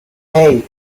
hey